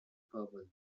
purple